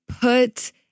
put